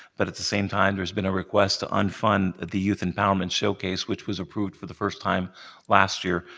but at the same time, there's been a request to unfund the youth endowment showcase, which was approved for the first time last year,